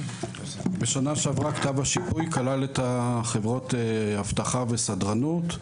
בשנה שעברה כתב השיפוי כלל את חברות האבטחה והסדרנות,